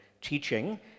teaching